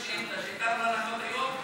שאילתה שהיא הייתה אמורה לענות עליה היום,